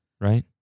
right